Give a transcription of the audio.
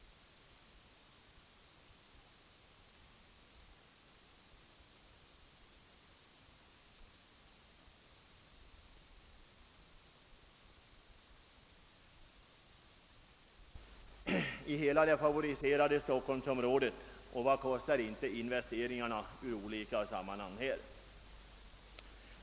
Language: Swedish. Där bor drygt två miljoner människor eller ungefär en fjärdedel av hela landets folkmängd, d.v.s. lika mycket som i det favoriserade Stockholmsområdet. Och vad kostar inte de investeringar som där göres i olika sammanhang?